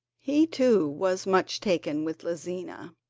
he too was much taken with lizina,